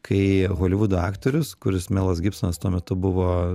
kai holivudo aktorius kuris melas gibsonas tuo metu buvo